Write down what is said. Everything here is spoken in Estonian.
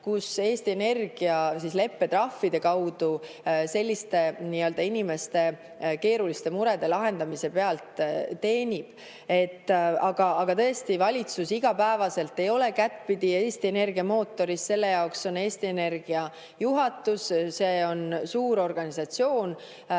kus Eesti Energia leppetrahvide abil inimeste keeruliste murede lahendamise pealt teenib. Aga tõesti, valitsus igapäevaselt ei ole kättpidi Eesti Energia mootoris, selle jaoks on Eesti Energia juhatus. See on suur organisatsioon.